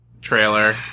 trailer